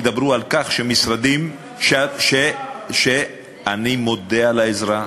ידברו על כך שמשרדים אני מודה על העזרה,